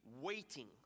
waiting